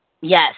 Yes